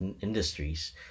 industries